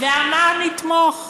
ואמר: נתמוך.